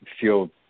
feel